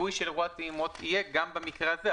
הניכוי של אירוע הטעימות יהיה גם במקרה הזה,